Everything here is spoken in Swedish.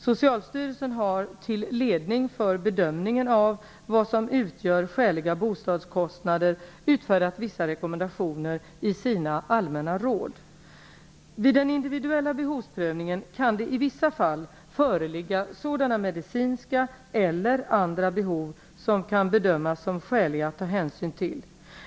Socialstyrelsen har till ledning för bedömningen av vad som utgör skäliga bostadskostnader utfärdat vissa rekommendationer i sina Allmänna råd. Vid den individuella behovsprövningen kan det i vissa fall föreligga sådana medicinska eller andra behov som kan bedömas som skäliga att ta hänsyn till.